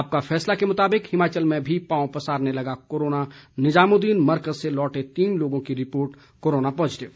आपका फैसला के मुताबिक हिमाचल में भी पांव पसारने लगा कोरोना निजामुदीन मरकज से लौटे तीन लोगों की रिपोर्ट कोरोना पॉजिटिव